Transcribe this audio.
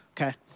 okay